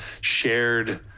shared